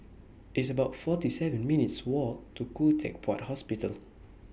It's about forty seven minutes' Walk to Khoo Teck Puat Hospital